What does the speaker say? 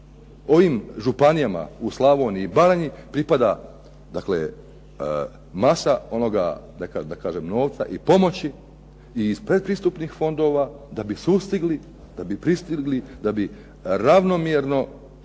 ovim županijama u Slavoniji i Baranji pripada masa onoga novca i pomoć iz pretpristupnih fondova da bi sustigli, da bi pristigli, da bi ravnomjerno